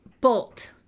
Bolt